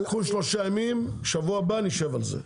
קחו שלושה ימים, שבוע הבא נשב על זה.